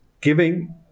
giving